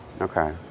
Okay